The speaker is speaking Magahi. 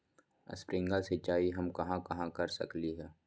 स्प्रिंकल सिंचाई हम कहाँ कहाँ कर सकली ह?